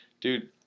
dude